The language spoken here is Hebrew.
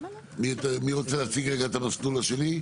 מי רוצה להציג רגע את המסלול השני?